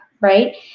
right